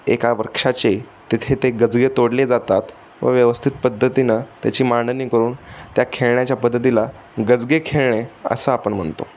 एका वृक्षाचे तिथे ते गजगे तोडले जातात व व्यवस्थित पद्धतीनं त्याची मांडणी करून त्या खेळण्याच्या पद्धतीला गजगे खेळणे असं आपण म्हणतो